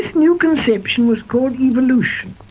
new conception was called evolution,